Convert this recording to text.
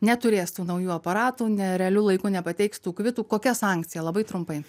neturės tų naujų aparatų ne realiu laiku nepateiks tų kvitų kokia sankcija labai trumpai